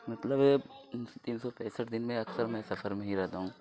مطلب ہے تین سو پینسٹھ دن میں اکثر میں سفر میں ہی رہتا ہوں